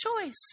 choice